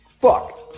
Fuck